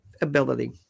ability